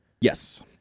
Yes